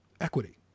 equity